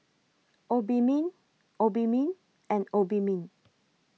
Obimin Obimin and Obimin